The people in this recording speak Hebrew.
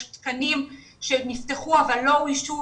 יש תקנים שנפתחו אבל לא אוישו,